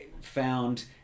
found